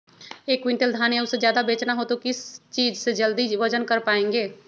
एक क्विंटल धान या उससे ज्यादा बेचना हो तो किस चीज से जल्दी वजन कर पायेंगे?